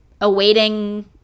awaiting